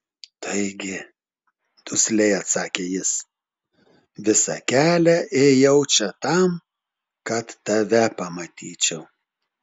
taigi dusliai atsakė jis visą kelią ėjau čia tam kad tave pamatyčiau